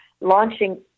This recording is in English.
launching